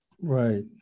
Right